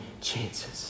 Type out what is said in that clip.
chances